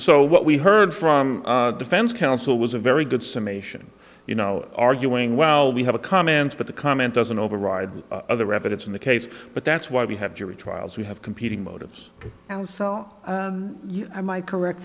so what we heard from defense counsel was a very good summation you know arguing well we have a comment but the comment doesn't override other evidence in the case but that's why we have jury trials we have competing motives now so am i correct